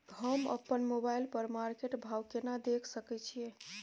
हम अपन मोबाइल पर मार्केट भाव केना देख सकै छिये?